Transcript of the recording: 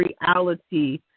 reality